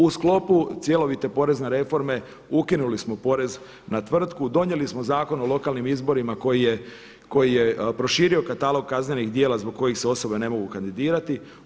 U sklopu cjelovite porezne reforme ukinuli smo porez na tvrtku, donijeli smo Zakon o lokalnim izborima koji je proširio katalog kaznenih djela zbog kojih se osobe ne mogu kandidirati.